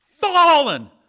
Fallen